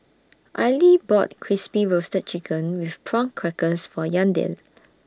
Aili bought Crispy Roasted Chicken with Prawn Crackers For Yandel